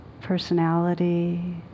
personality